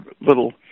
little